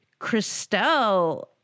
Christelle